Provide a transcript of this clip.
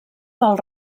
del